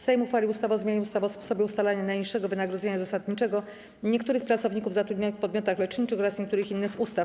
Sejm uchwalił ustawę o zmianie ustawy o sposobie ustalania najniższego wynagrodzenia zasadniczego niektórych pracowników zatrudnionych w podmiotach leczniczych oraz niektórych innych ustaw.